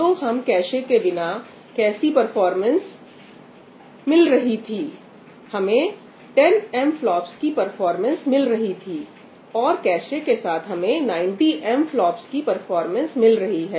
तो हमें कैशे के बिना कैसी परफॉर्मेंस मिल रही थी हमें 10 MFLOPS की परफॉर्मेंस मिल रही थी और कैशे के साथ हमें 90 MFLOPS की परफॉर्मेंस मिल रही है